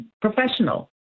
professional